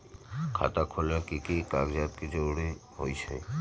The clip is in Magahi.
खाता खोले में कि की कागज के जरूरी होई छइ?